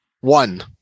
one